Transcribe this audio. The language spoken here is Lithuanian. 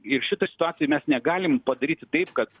ir šitoj situacijoj mes negalim padaryti taip kad